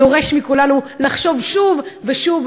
דורש מכולנו לחשוב שוב ושוב,